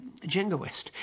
jingoist